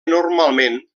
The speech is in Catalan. normalment